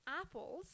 apples